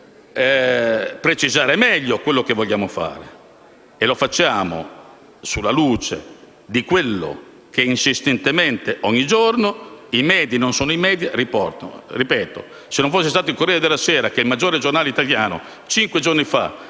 per precisare meglio quello che vogliamo fare e lo facciamo alla luce di quello che insistentemente ogni giorno i *media*, e non solo i *media*, riportano. Se non fosse stato il «Corriere della sera», che è il maggiore giornale italiano, a dare cinque giorni fa